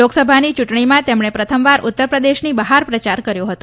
લોકસભાની ચૂંટણીમાં તેમણે પ્રથમવાર ઉત્તર પ્રદેશની બહાર પ્રચાર કર્યો હતો